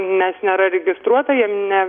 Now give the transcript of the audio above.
nes nėra registruota jiem ne